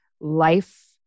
life